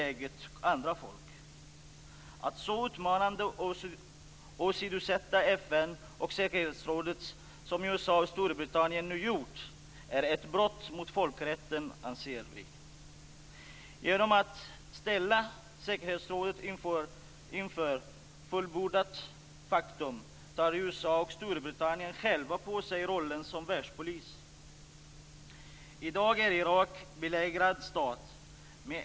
Det vi här i Sverige diskuterar, inte minst i denna kammare, är kvaliteten i utbildningen och hur den skall finansieras. På andra håll har bara en bråkdel av barn och ungdomar möjlighet att få utbildning. I de baltiska staterna är det en oroande utveckling i fråga om barns och ungdomars villkor vad gäller just detta. Andelen som i dag står utanför utbildningsväsendet tenderar att öka.